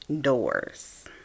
doors